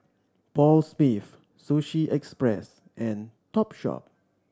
Paul Smith Sushi Express and Topshop